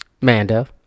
Mando